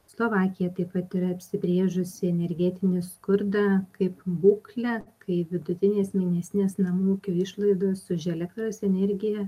slovakija taip pat yra apsibrėžusi energetinį skurdą kaip būklę kai vidutinės mėnesinės namų ūkių išlaidos už elektros energiją